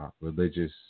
religious